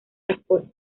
transporte